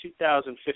2015